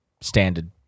standard